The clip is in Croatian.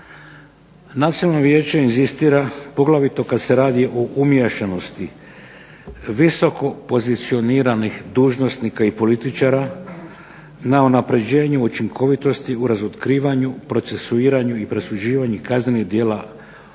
Nacionalno vijeće inzistira poglavito kada se radi o umiješanosti visokopozicioniranih dužnosnika i političara na unapređenju učinkovitosti u razotkrivanju, procesuiranju i presuđivanju kaznenih djela